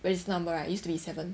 register number right used to be seven